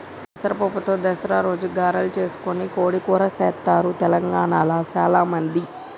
పెసర పప్పుతో దసరా రోజు గారెలు చేసుకొని కోడి కూర చెస్తారు తెలంగాణాల చాల మంది